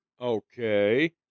Okay